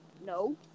No